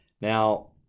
Now